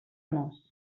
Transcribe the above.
nos